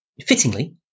fittingly